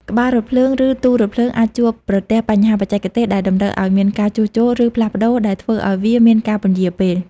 ក្បាលរថភ្លើង ឬទូរថភ្លើងអាចជួបប្រទះបញ្ហាបច្ចេកទេសដែលតម្រូវឱ្យមានការជួសជុល ឬផ្លាស់ប្តូរ ដែលធ្វើឱ្យមានការពន្យារពេល។